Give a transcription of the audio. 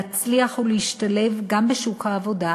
להצליח ולהשתלב גם בשוק העבודה,